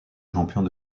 champions